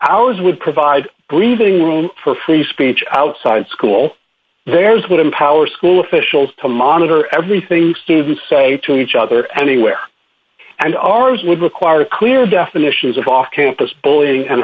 ours would provide breathing room for free speech outside school there's one empowers school officials to monitor everything students say to each other anywhere and ours would require clear definitions of off campus bullying and